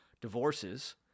divorces